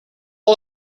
all